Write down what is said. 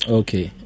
okay